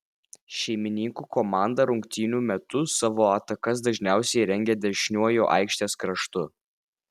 šeimininkų komanda rungtynių metu savo atakas dažniausiai rengė dešiniuoju aikštės kraštu